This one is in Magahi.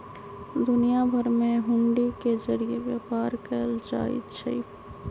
दुनिया भर में हुंडी के जरिये व्यापार कएल जाई छई